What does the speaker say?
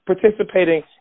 participating